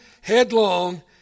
headlong